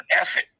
effort